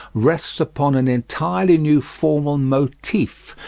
rests upon an entirely new formal motif,